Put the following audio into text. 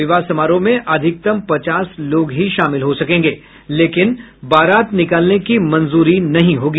विवाह समारोह में अधिकतम पचास लोग ही शामिल हो सकेंगे लेकिन बारात निकालने की मंजूरी नहीं होगी